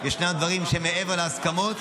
ישנם דברים שהם מעבר להסכמות,